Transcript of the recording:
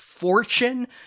Fortune